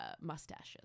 mustaches